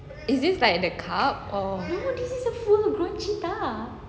is this like that cub or